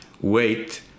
Wait